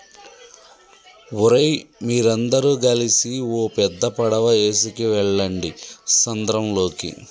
ఓరై మీరందరు గలిసి ఓ పెద్ద పడవ ఎసుకువెళ్ళండి సంద్రంలోకి